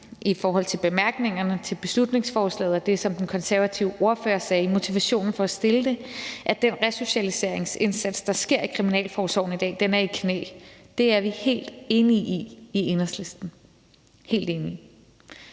ret i i bemærkningerne til beslutningsforslaget og i det, som den konservative ordfører sagde i begrundelsen for at fremsætte det, at den resocialiseringsindsats, der sker i kriminalforsorgen i dag, er i knæ. Det er vi helt enige i i Enhedslisten, helt enige.